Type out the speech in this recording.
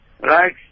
Right